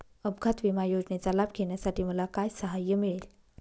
अपघात विमा योजनेचा लाभ घेण्यासाठी मला काय सहाय्य मिळेल?